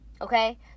Okay